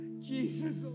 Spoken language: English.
Jesus